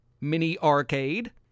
mini-arcade